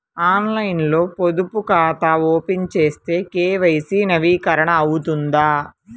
ఆన్లైన్లో పొదుపు ఖాతా ఓపెన్ చేస్తే కే.వై.సి నవీకరణ అవుతుందా?